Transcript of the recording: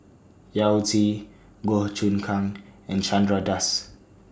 Yao Zi Goh Choon Kang and Chandra Das